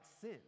sin